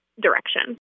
direction